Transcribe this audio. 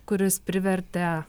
kuris privertė